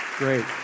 Great